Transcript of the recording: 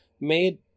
made